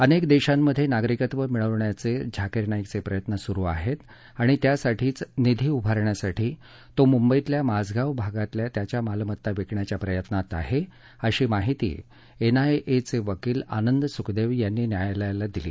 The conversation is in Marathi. अनेक देशांमध्ये नागरिकत्व मिळवण्याचे झाकीर नाईकचे प्रयत्न सुरू आहेत आणि त्यासाठीच निधी उभारण्यासाठी तो मुंबईतल्या माझगाव भागातल्या त्याच्या मालमत्ता विकण्याच्या प्रयत्नात आहे अशी माहिती एनआयचे वकील आनंद सुखदेव यांनी न्यायालयाला दिली